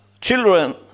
children